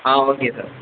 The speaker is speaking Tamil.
ah okay sir